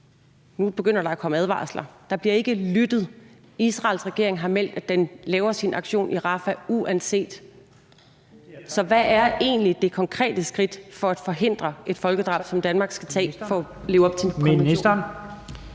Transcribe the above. nu begynder der at komme advarsler. Der bliver ikke lyttet. Israels regering har meldt ud, at den laver sin aktion i Rafah uanset. Så hvad er egentlig det konkrete skridt for at forhindre et folkedrab, som Danmark skal tage for at leve op til konventionen?